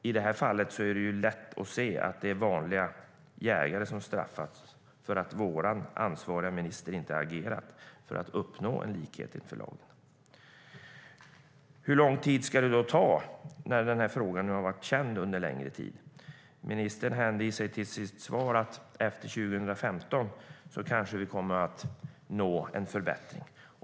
I detta fall är det lätt att se att det är vanliga jägare som straffas för att vår ansvariga minister inte har agerat för att uppnå en likhet inför lagen. Hur lång tid ska det ta? Den här frågan har varit känd under en längre tid. Ministern säger i sitt svar att vi efter 2015 kanske kommer att nå en förbättring.